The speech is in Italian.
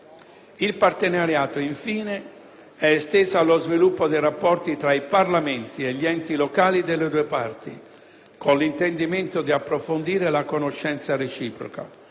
Il Partenariato, infine, è esteso allo sviluppo dei rapporti tra i Parlamenti e gli enti locali delle due parti, con l'intendimento di approfondire la conoscenza reciproca.